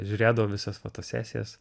žiūrėdavau visas fotosesijas